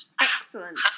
Excellent